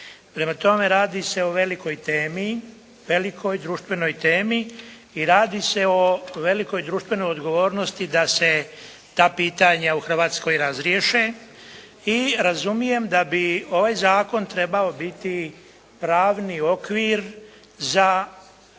Prema tome, radi se o velikoj temi, velikoj društvenoj temi i radi se o velikoj društvenoj odgovornosti da se ta pitanja u Hrvatskoj razriješe i razumijem da bi ovaj zakon trebao biti pravni okvir za